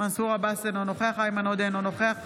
מנסור עבאס, אינו נוכח איימן עודה, אינו נוכח